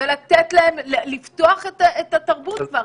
ולתת להם לפתוח את התרבות כבר.